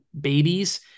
babies